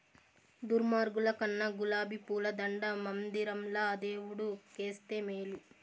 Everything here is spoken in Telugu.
దుర్మార్గుల కన్నా గులాబీ పూల దండ మందిరంల దేవుడు కేస్తే మేలు